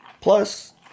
Plus